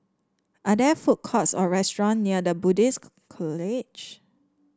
are there food courts or restaurant near The Buddhist College